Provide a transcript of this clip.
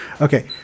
Okay